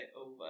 over